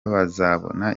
bazabona